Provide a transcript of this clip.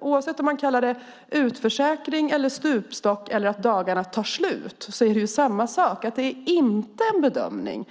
Oavsett om man kallar det utförsäkring eller stupstock, eller säger att dagarna tar slut, är det fråga om samma sak, nämligen att det inte är en bedömning.